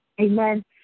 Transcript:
Amen